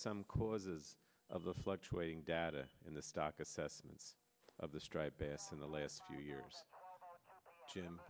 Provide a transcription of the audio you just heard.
some causes of the fluctuating data in the stock assessments of the striped bass in the last few years